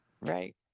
Right